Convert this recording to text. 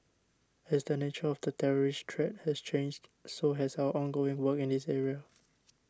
as the nature of the terrorist threat has changed so has our ongoing work in this area